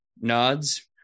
nods